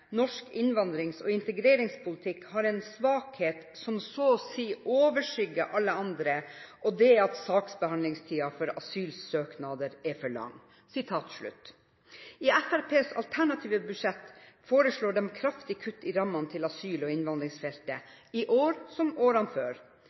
norsk innvandrings- og integreringspolitikk har en svakhet som så å si overskygger alle andre.» Og det er at «saksbehandlingstiden for asylsøknader er for lang». I Fremskrittspartiets alternative budsjett foreslås kraftige kutt i rammene til asyl- og innvandringsfeltet